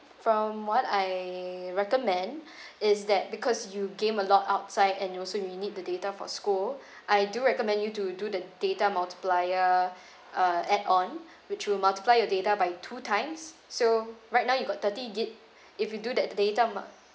from what I recommend is that because you game a lot outside and you also we need the data for school I do recommend you to do the data multiplier uh add on which will multiply your data by two times so right now you got thirty gig if you do that the data mu~